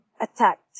attacked